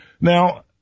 Now